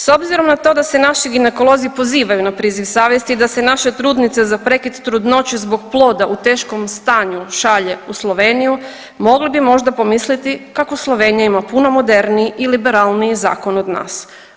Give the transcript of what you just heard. S obzirom na to da se naši ginekolozi pozivaju na priziv savjesti i da se naše trudnice za prekid trudnoće zbog ploda u teškom stanju šalje u Sloveniju, mogli bi možda pomisli kako Slovenija ima puno moderniji i liberalniji zakon od nas.